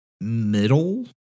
middle